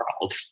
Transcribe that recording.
world